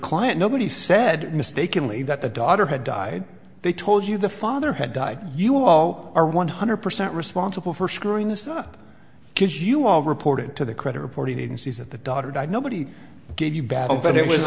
client nobody said mistakenly that the daughter had died they told you the father had died you all are one hundred percent responsible for screwing this up because you all reported to the credit reporting agencies that the daughter died nobody gave you battle but it was